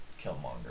Killmonger